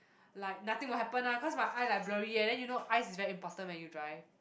like nothing will happen lah cause my eye like blurry eh then you know eyes is very important when you drive